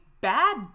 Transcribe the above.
bad